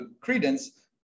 credence